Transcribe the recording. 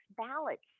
ballots